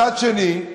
מצד שני,